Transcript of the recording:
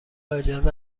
اجازه